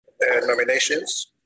nominations